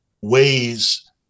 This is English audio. ways